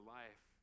life